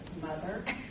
mother